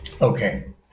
Okay